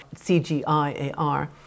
CGIAR